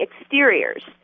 exteriors